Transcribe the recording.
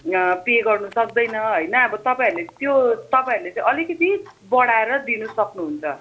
pay गर्नु सक्दैन होइन अब तपाईँहरूले त्यो तपाईँहरूले चाहिँ अलिकति बढाएर दिनु सक्नुहुन्छ